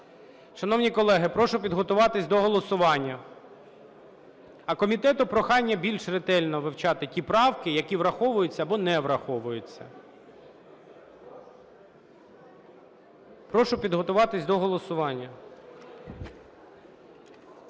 Шановні колеги, прошу підготуватися до голосування. А комітету – прохання більш ретельно вивчати ті правки, які враховуються або не враховуються. Прошу підготуватися до голосування.